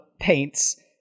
paints